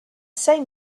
same